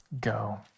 Go